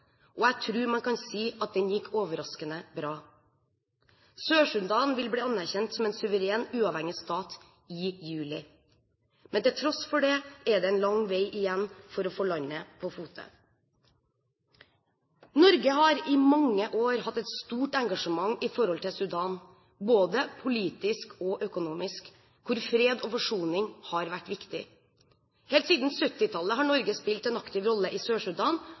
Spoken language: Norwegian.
Jeg tror man kan si den gikk overraskende bra. Sør-Sudan vil bli anerkjent som en suveren, uavhengig stat i juli. Til tross for det er det en lang vei igjen for å få landet på fote. Norge har i mange år hatt et stort engasjement i Sudan både politisk og økonomisk, hvor fred og forsoning har vært viktig. Helt siden 1970-tallet har Norge spilt en aktiv rolle i